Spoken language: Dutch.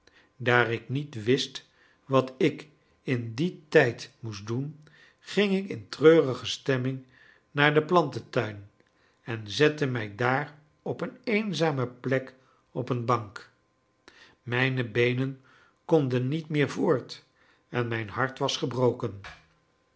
daar ik niet wist wat ik in dien tijd moest doen ging ik in treurige stemming naar den plantentuin en zette mij daar op een eenzame plek op een bank mijne beenen konden niet meer voort en mijn hart was gebroken